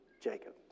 Jacob